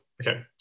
okay